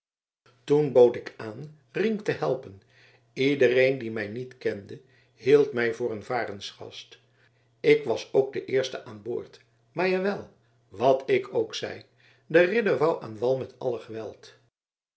toen bood ik aan rienk te helpen iedereen die mij niet kende hield mij voor een varensgast k was ook de eerste aan boord maar jawel wat ik ook zei de ridder wou aan wal met alle geweld